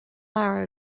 leabhar